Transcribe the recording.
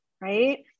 right